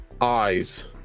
eyes